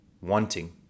wanting